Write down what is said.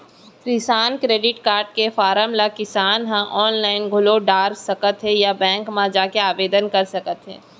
किसान credit card के form ल किसान ह आनलाइन घलौ डार सकत हें या बेंक म जाके आवेदन कर सकत हे